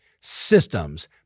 systems